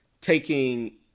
Taking